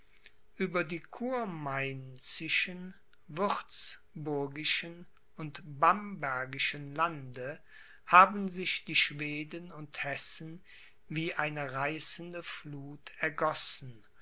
ueber die kurmainzischen würzburgischen und bambergischen lande haben sich schweden und hessen wie eine reißende fluth ergossen